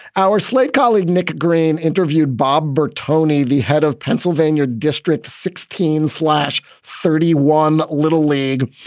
our slate colleague nick green interviewed bob bertoni, the head of pennsylvania district sixteen slash thirty one little league,